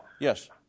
Yes